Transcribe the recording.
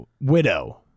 widow